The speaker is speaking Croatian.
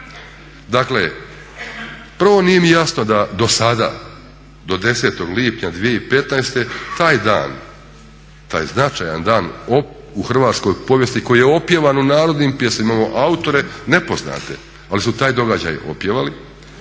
Dakle prvo nije mi jasno da do sada, do 10. lipnja 2015. taj dan, taj značajan dan u hrvatskoj povijesti koji je opjevan u narodnim pjesmama, imamo autore nepoznate, ali su taj događaj opjevali,